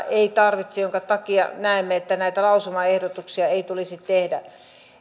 ei tarvita minkä takia näemme että näitä lausumaehdotuksia ei tulisi tehdä